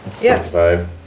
Yes